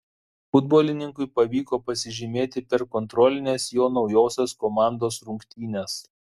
futbolininkui pavyko pasižymėti per kontrolines jo naujosios komandos rungtynes